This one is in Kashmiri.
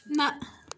نہَ